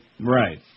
Right